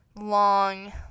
long